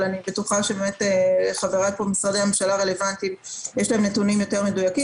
אני בטוחה שלחברי מהמשרדים הרלוונטיים יש נתונים מדויקים.